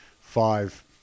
five